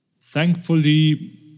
thankfully